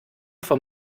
vom